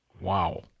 Wow